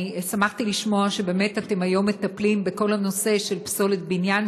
שמחתי לשמוע שבאמת אתם היום מטפלים בכל הנושא של פסולת בניין,